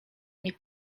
nie